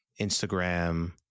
Instagram